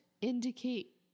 indicate